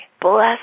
bless